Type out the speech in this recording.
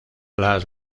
las